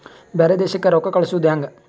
ಬ್ಯಾರೆ ದೇಶಕ್ಕೆ ರೊಕ್ಕ ಕಳಿಸುವುದು ಹ್ಯಾಂಗ?